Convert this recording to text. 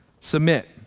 Submit